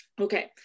Okay